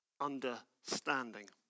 understanding